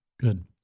Good